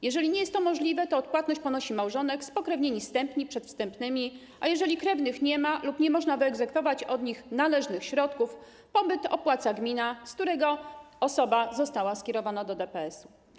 Jeżeli nie jest to możliwe, to odpłatność ponosi małżonek, spokrewnieni zstępni przed wstępnymi, a jeżeli nie ma krewnych lub nie można wyegzekwować od nich należnych środków, pobyt opłaca gmina, z której osoba została skierowana do DPS-u.